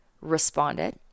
responded